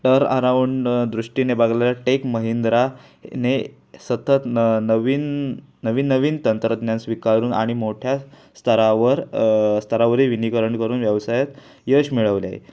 टर आराऊंड दृष्टीने बघल्या टेक महिंद्रा ने सतत न नवीन नवीन नवीन तंत्रज्ञान स्वीकारून आणि मोठ्या स्तरावर स्तरावरील विनिकरण करून व्यवसायात यश मिळवले आहे